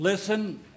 Listen